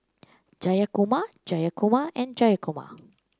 Jayakumar Jayakumar and Jayakumar